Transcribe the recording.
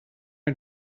our